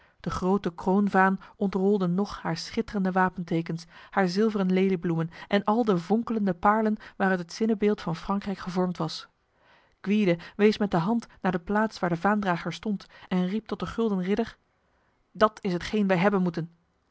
de grote kroonvaan ontrolde nog haar schitterende wapentekens haar zilveren leliebloemen en al de vonkelende paarlen waaruit het zinnebeeld van frankrijk gevormd was gwyde wees met de hand naar de plaats waar de vaandrager stond en riep tot de gulden ridder dat is hetgeen wij hebben moeten